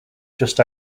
just